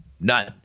None